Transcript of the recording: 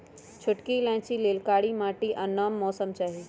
छोटकि इलाइचि लेल कारी माटि आ नम मौसम चाहि